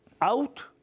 out